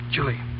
Julie